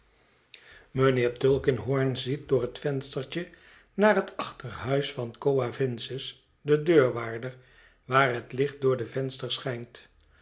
mijnheer tulkinghorn ziet door het venstertje naar het achterhuis van coavinses den deurwaarder waar het licht door de vensters schijnt